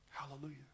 hallelujah